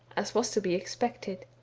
as was to be expected.